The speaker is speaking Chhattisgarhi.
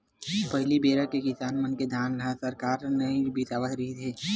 पहली बेरा के किसान मन के धान ल सरकार ह नइ बिसावत रिहिस हे